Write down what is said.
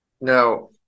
Now